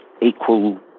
equal